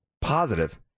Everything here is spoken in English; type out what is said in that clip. Positive